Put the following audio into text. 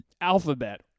Alphabet